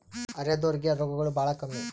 ಅರೆದೋರ್ ಗೆ ರೋಗಗಳು ಬಾಳ ಕಮ್ಮಿ